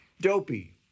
dopey